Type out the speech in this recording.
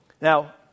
Now